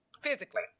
physically